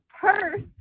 purse